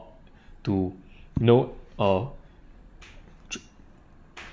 to note uh